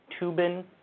Tubin